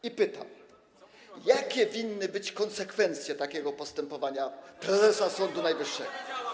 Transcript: I pytam: Jakie winny być konsekwencje takiego postępowania prezesa Sądu Najwyższego?